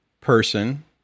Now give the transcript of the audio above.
person